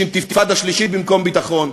יש אינתיפאדה שלישית במקום ביטחון.